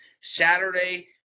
Saturday